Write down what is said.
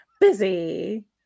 busy